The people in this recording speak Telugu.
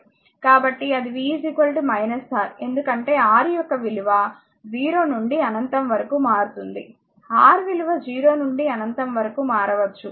కాబట్టి అది v R ఎందుకంటే R యొక్క విలువ 0 నుండి అనంతం వరకు మారుతుంది R విలువ 0 నుండి అనంతం వరకు ఉండవచ్చు